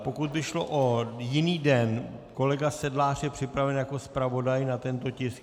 Pokud by šlo o jiný den, kolega Sedlář je připraven jako zpravodaj na tento tisk?